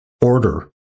Order